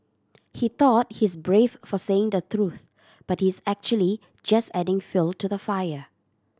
he thought he's brave for saying the truth but he's actually just adding fuel to the fire